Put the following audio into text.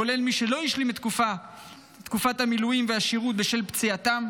כולל מי שלא השלימו את התקופה בשל פציעתם,